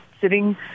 sitting